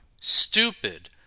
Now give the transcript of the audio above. stupid